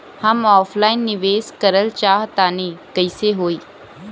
हम ऑफलाइन निवेस करलऽ चाह तनि कइसे होई?